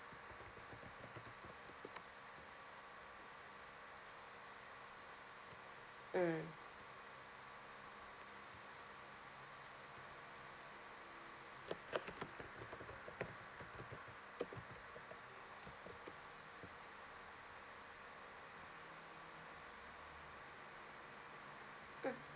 mm mm